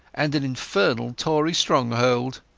and an infernal tory stronghold.